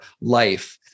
life